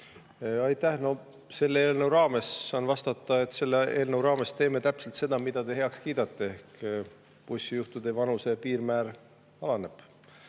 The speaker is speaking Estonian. täiesti eraldi teema. Aitäh! Saan vastata, et selle eelnõu raames teeme täpselt seda, mida te heaks kiidate, ehk bussijuhtide vanuse piirmäär alaneb.